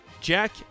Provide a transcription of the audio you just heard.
Jack